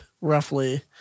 roughly